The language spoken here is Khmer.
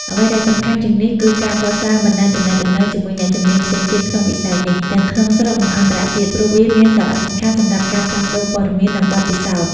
អ្វីដែលសំខាន់ជាងនេះ គឺការកសាងបណ្តាញទំនាក់ទំនងជាមួយអ្នកជំនាញផ្សេងទៀតក្នុងវិស័យនេះ ទាំងក្នុងស្រុក និងអន្តរជាតិ ព្រោះវាមានសារៈសំខាន់សម្រាប់ការផ្លាស់ប្តូរព័ត៌មាន និងបទពិសោធន៍។